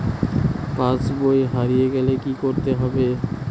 পাশবই হারিয়ে গেলে কি করতে হবে?